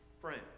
friend